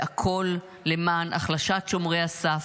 והכול למען החלשת שומרי הסף.